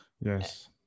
yes